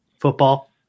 football